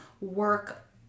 work